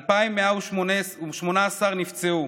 2,118 נפצעו,